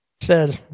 Says